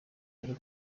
ari